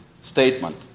statement